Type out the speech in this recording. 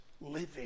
living